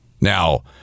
Now